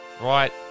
Right